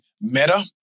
Meta